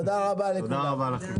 תודה רבה לכולם.